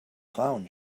clown